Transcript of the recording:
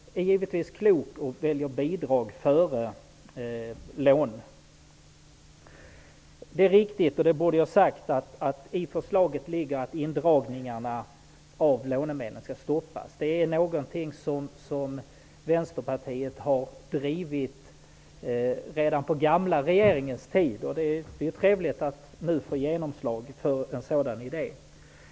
Företagarna är givetvis kloka och väljer bidrag före lån. Det är riktigt att det i förslaget ingår att indragningarna av lånemedel skall stoppas. Det borde jag ha sagt. Det är någonting som Vänsterpartiet har drivit redan på den gamla regeringens tid. Det är trevligt att nu få genomslag för en sådan idé.